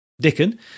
Dickon